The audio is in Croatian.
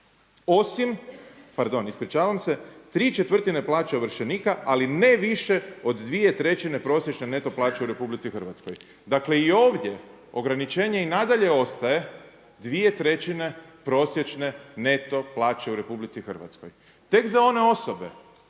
osim, pardon ispričavam se, tri četvrtine plaće ovršenika ali ne više od dvije trećine prosječne neto plaće u Republici Hrvatskoj. Dakle i ovdje ograničenje i nadalje ostaje dvije trećine prosječne neto plaće u Republici Hrvatskoj. Tek za one osobe